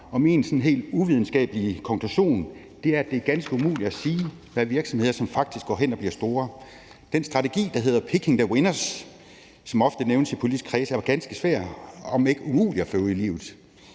helt uvidenskabelige konklusion er, at det er ganske umuligt at sige, hvilke virksomheder der faktisk går hen og bliver store. Den strategi, der hedder picking the winners, som ofte nævnes i politiske kredse, er jo ganske svær, om ikke umulig at føre ud i livet.